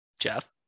Jeff